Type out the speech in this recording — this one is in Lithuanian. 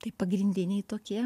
tai pagrindiniai tokie